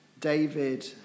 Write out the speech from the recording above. David